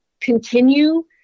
continue